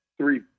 three